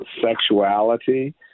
sexuality